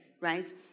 right